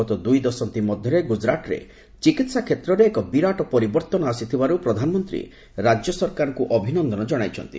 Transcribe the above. ଗତ ଦୁଇ ଦଶନ୍ଧି ମଧ୍ୟରେ ଗୁଜରାଟରେ ଚିକିତ୍ସା କ୍ଷେତ୍ରରେ ଏକ ବିରାଟ ପରିବର୍ତ୍ତନ ଆସିଥିବାରୁ ପ୍ରଧାନମନ୍ତ୍ରୀ ରାଜ୍ୟ ସରକାରଙ୍କୁ ଅଭିନନ୍ଦନ ଜଣାଇଛନ୍ତି